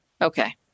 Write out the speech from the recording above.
Okay